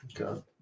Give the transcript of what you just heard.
Okay